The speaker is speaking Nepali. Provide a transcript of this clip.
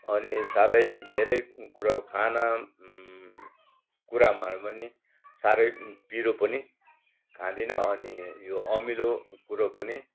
अनि साथै धेरै कुरो खाना कुराहरूमा पनि साह्रै पिरो पनि खाँदिन अनि यो अमिलो कुरो पनि